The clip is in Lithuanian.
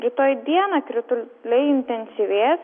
rytoj dieną krituliai intensyvės